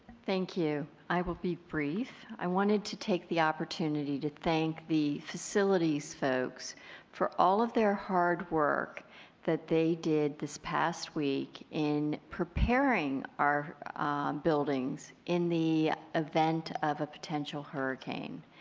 thank you. i will be brief. i wanted to take the opportunity to thank the facilities folks for all of the their hard work that they did this past week in preparing our buildings in the event of a potential hurricane.